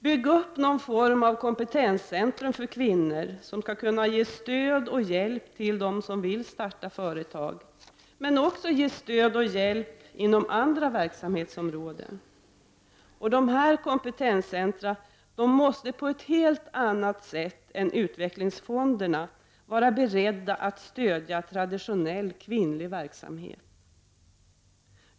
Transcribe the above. Bygg upp någon form av kompetenscentra för kvinnor som skall kunna ge stöd och hjälpa till dem som vill starta företag men också ge stöd och hjälp inom andra verksamhetsområden. Dessa kompetenscentra måste på ett helt annat sätt än utvecklingsfonderna vara beredda att stödja traditionellt kvinnliga verksamheter.